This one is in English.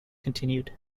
continued